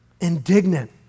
indignant